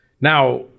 Now